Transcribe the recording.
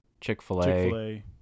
chick-fil-a